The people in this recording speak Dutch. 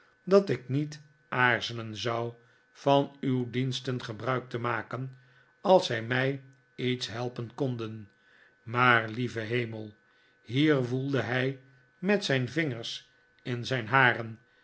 dat ik niet aarzelen zou van uw diensten gebruik te maken als zij mij iets helpen konden maar lieve hemel hier woelde hij met zijn vingers in zijn haren